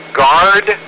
guard